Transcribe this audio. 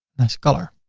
nice color.